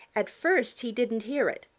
at first he didn't hear it,